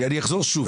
אני אחזור שוב.